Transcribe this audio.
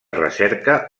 recerca